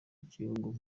gihugu